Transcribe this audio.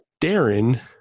Darren